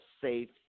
safe